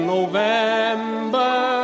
November